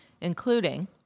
including